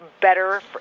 better